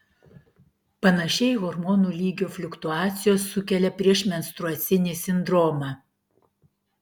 panašiai hormonų lygio fluktuacijos sukelia priešmenstruacinį sindromą